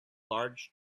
large